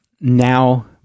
now